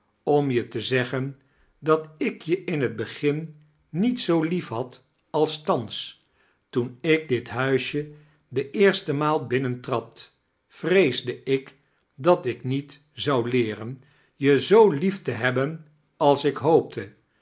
om je te zeggen dat ik je in het begin niet zoo liefhad als thans toen ik dit huisje de eerste maal binnenta-ad vreesde ik dat ik niet zou leeren je zoo lief te hebben als ik hoopte